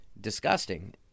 disgusting